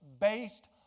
based